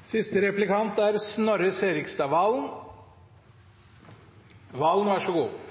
I sitt svar til representanten Wickholm sa representanten Limi at det er